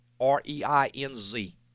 R-E-I-N-Z